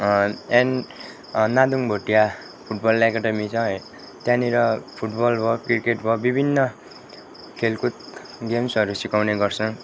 an Nadung Bhotia football academy छ त्यहाँनिर football भयो क्रिकेट भयो विभिन्न खेलकुद गेम्सहरू सिकाउने गर्छ